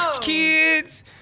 Kids